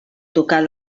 tocar